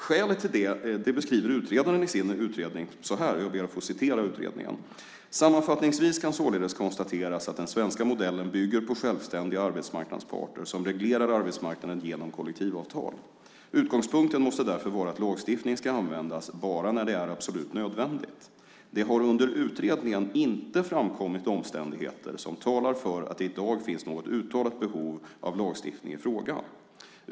Skälet till det beskriver utredaren i sin utredning så här, och jag ber att få återge ett stycke ur utredningen: "Sammanfattningsvis kan således konstateras att den svenska modellen bygger på självständiga arbetsmarknadsparter som reglerar arbetsmarknaden genom kollektivavtal. Utgångspunkten måste därför vara att lagstiftning skall användas bara när det är absolut nödvändigt. Det har under utredningen inte framkommit omständigheter som talar för att det idag finns något uttalat behov av lagstiftning i frågan.